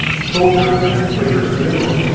soldier and later a general,